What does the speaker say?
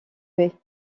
baie